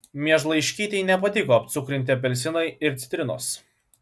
miežlaiškytei nepatiko apcukrinti apelsinai ir citrinos